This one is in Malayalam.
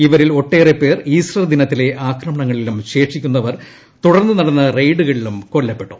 ഇവരിൽ ഒട്ടേറെ പേർ ഈസ്റ്റർ ദിനത്തിലെ ആക്രമണങ്ങളിലും ശേഷിക്കുന്നവർ തുടർന്നു നടന്ന റെയ്ഡുകളിലും കൊല്ലപ്പെട്ടു